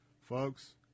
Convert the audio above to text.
Folks